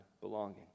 belonging